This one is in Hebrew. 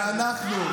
כי אנחנו,